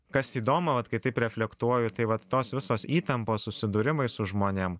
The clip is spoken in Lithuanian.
kas įdomu vat kai taip reflektuoju tai vat tos visos įtampos susidūrimai su žmonėm